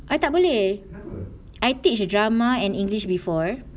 I tak boleh I teach drama and english before